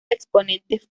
exponentes